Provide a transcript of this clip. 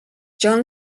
john